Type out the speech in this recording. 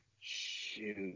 Shoot